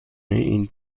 این